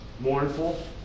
mournful